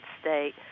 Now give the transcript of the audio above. state